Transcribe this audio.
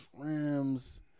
rims